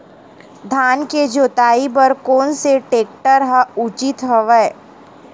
धान के जोताई बर कोन से टेक्टर ह उचित हवय?